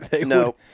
no